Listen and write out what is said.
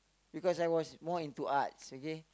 because I was more into Arts okay